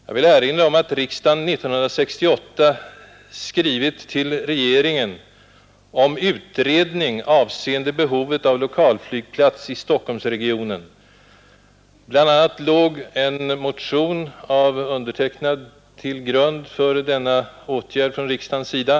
Jag vill erinra om att riksdagen 1968 skrev till regeringen om utredning avseende behovet av lokal flygplats i Stockholmsregionen. BI. a. låg en motion av mig till grund för denna åtgärd från riksdagens sida.